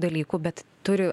dalykų bet turi